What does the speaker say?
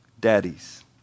daddies